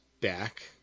back